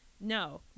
no